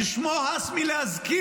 ששמו הס מלהזכיר,